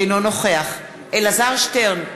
אינו נוכח אלעזר שטרן,